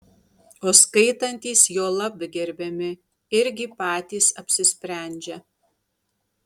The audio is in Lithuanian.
o skaitantys juolab gerbiami irgi patys apsisprendžia